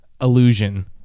Illusion